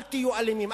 אל תהיו אלימים,